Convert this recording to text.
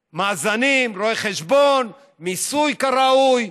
מאזנים, רואי חשבון, מיסוי כראוי.